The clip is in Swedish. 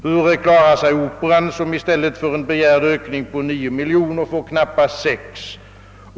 Hur klarar sig Operan, som i stället för en begärd ökning på 9 miljoner får knappa 6.